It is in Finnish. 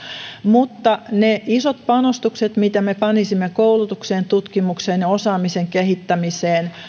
mutta ne isot panostukset mitä me panisimme koulutukseen tutkimukseen ja osaamisen kehittämiseen